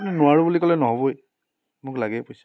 আপুনি নোৱাৰোঁ বুলি ক'লে নহ'বই মোক লাগেই পইচা